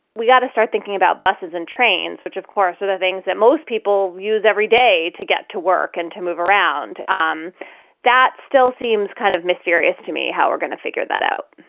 we've got to start thinking about buses and trains, which, of course, are the things that most people use every day to get to work and to move around. and um that still seems kind of mysterious to me how we're going to figure that out